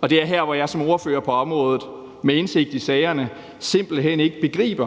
Og det er her, hvor jeg som ordfører på området med indsigt i sagerne simpelt hen ikke begriber,